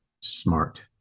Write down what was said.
smart